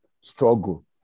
struggle